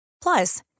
Plus